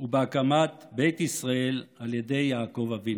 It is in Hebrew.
ובהקמת בית ישראל על ידי יעקב אבינו.